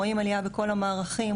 רואים עלייה בכל המערכים,